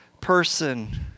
person